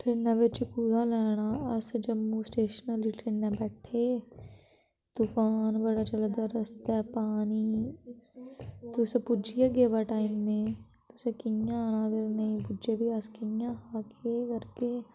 ट्रेनें बिच्च कुत्थां लैना अस जम्मू स्टेशन अल्ली ट्रेना बैठे तुफान बड़ा चला दा रस्तै पानी तुस पुज्जी जाह्गे अवा टैमे दे तुसें कि'यां आना अगर नेईं पुज्जे फ्ही असें कि'यां खाह्गे केह् करगे